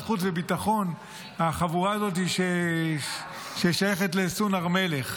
חוץ וביטחון מהחבורה הזאת ששייכת לסון הר מלך.